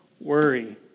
worry